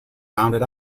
rounded